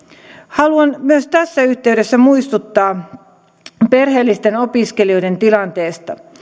haluan tässä yhteydessä muistuttaa myös perheellisten opiskelijoiden tilanteesta